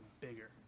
bigger